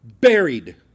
buried